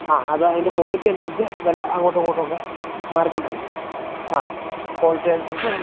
ആ അത് അതിൻ്റെ ക്വാളിറ്റി അനുസരിച്ചു വില അങ്ങോട്ടും ഇങ്ങോട്ടുമൊക്കെ മാറിക്കൊണ്ടിരിക്കും ആ ക്വാളിറ്റി അനുസരിച്ച്